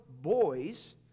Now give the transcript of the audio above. boys